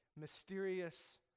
mysterious